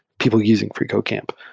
people using freecodecamp.